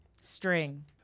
String